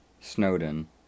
Snowden